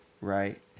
Right